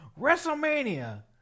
WrestleMania